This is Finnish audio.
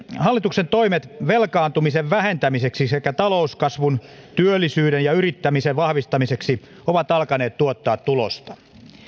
hallituksen toimet velkaantumisen vähentämiseksi sekä talouskasvun työllisyyden ja yrittämisen vahvistamiseksi ovat alkaneet tuottaa tulosta